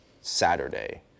Saturday